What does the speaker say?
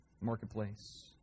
Marketplace